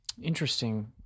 Interesting